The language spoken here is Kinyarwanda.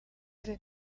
leta